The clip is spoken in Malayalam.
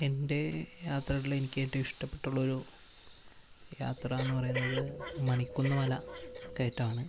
എന്റെ യാത്രയില് എനിക്ക് ഏറ്റവും ഇഷ്ടപെട്ടുള്ളൊരു യാത്ര എന്ന് പറയുന്നത് മണിക്കുന്ന് മല കയറ്റാണ്